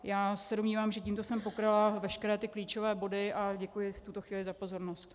Já se domnívám, že tímto jsem pokryla veškeré klíčové body, a děkuji v tuto chvíli za pozornost.